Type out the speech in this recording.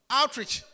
outreach